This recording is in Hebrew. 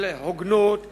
של הוגנות לגר,